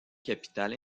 capitale